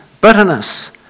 bitterness